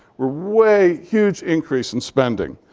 we're way huge increase in spending.